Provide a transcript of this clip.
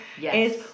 Yes